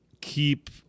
keep